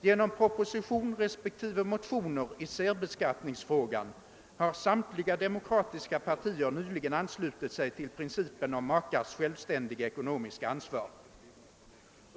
Genom proposition respektive motioner i särbeskattningsfrågan har samtliga demokratiska partier nyligen anslutit sig till principen om makars självständiga ekonomiska ansvar.